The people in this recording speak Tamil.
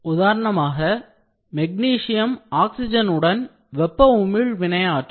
உதாரணமாக மெக்னீசியம் ஆக்சிஜனுடன் வெப்ப உமிழ் வினையாற்றும்